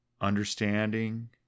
understanding